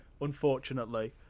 unfortunately